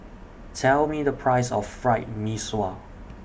Tell Me The Price of Fried Mee Sua